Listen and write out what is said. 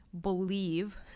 believe